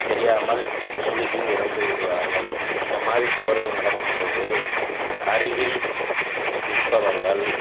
தெரியாமல் முழ்கி இறந்து விடுவார்கள் இந்த மாதிரி தவறுகள் நடக்கும்போது அருகில் இருப்பவர்கள்